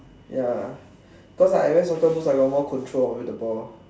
ya cause I wear soccer boots I got more control over the ball